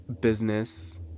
business